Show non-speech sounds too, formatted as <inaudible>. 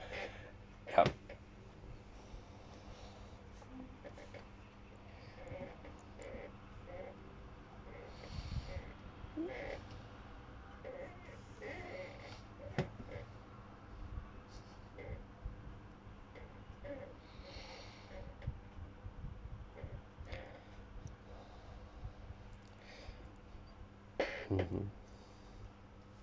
<noise>